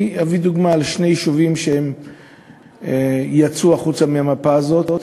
אני אביא דוגמה של שני יישובים שהוצאו מהמפה הזאת,